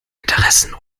interessen